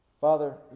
Father